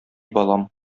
балам